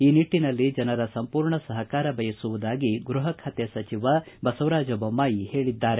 ಈ ನಿಟ್ಟಿನಲ್ಲಿ ಜನರ ಸಂಪೂರ್ಣ ಸಪಕಾರ ಬಯಸುವುದಾಗಿ ಗೃಹ ಖಾತೆ ಸಚಿವ ಬಸವರಾಜ ಬೊಮ್ನಾಯಿ ಹೇಳಿದ್ದಾರೆ